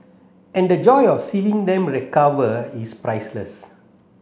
and the joy of seeing them recover is priceless